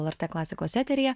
lrt klasikos eteryje